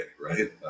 right